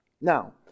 now